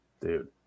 dude